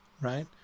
right